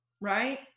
Right